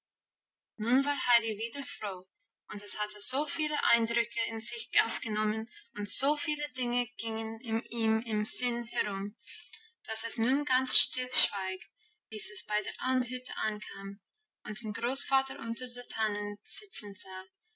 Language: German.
nun war heidi wieder froh und es hatte so viele eindrücke in sich aufgenommen und so viele dinge gingen ihm im sinn herum dass es nun ganz stillschwieg bis es bei der almhütte ankam und den großvater unter den tannen sitzen sah